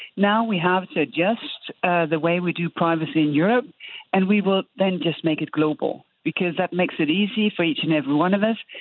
now we have to adjust the way we do privacy in europe and we will then just make it global because that makes it easy for each and every one of us.